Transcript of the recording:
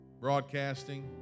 broadcasting